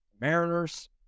Mariners